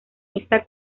esta